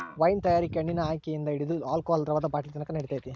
wine ತಯಾರಿಕೆ ಹಣ್ಣಿನ ಆಯ್ಕೆಯಿಂದ ಹಿಡಿದು ಆಲ್ಕೋಹಾಲ್ ದ್ರವದ ಬಾಟ್ಲಿನತಕನ ನಡಿತೈತೆ